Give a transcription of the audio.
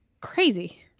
crazy